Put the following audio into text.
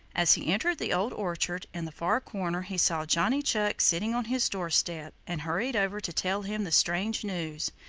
as he entered the old orchard in the far corner he saw johnny chuck sitting on his doorstep and hurried over to tell him the strange news.